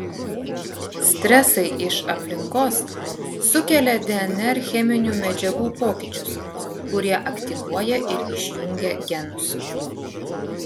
stresai iš aplinkos sukelia dnr cheminių medžiagų pokyčius kurie aktyvuoja ir išjungia genus